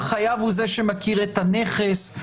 החייב הוא זה שמכיר את הנכס,